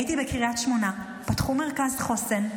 הייתי בקריית שמונה, פתחו שם מרכז חוסן.